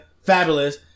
fabulous